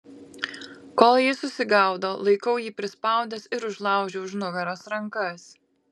kol jis susigaudo laikau jį prispaudęs ir užlaužiu už nugaros rankas